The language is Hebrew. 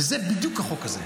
וזה בדיוק החוק הזה.